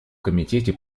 комитете